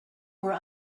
were